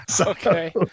Okay